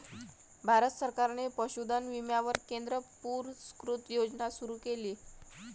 भारत सरकारने पशुधन विम्यावर केंद्र पुरस्कृत योजना सुरू केली